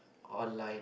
online